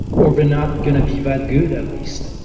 or they're not going to be that good at least.